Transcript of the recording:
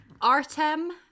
Artem